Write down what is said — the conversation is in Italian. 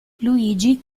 luigi